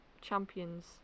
champions